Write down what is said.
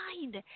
mind